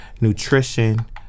nutrition